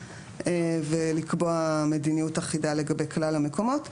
ולקבוע מדיניות אחידה לגבי כלל המקומות.